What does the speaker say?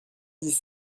dix